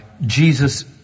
Jesus